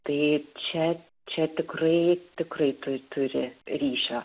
tai čia čia tikrai tikrai tu turi ryšio